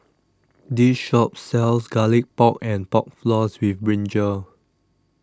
This Shop sells Garlic Pork and Pork Floss with Brinjal